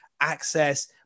access